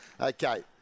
Okay